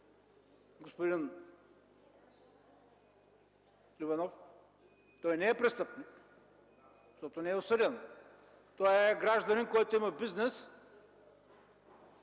господин Иванов, той не е престъпник, защото не е осъден, той е гражданин, който има бизнес,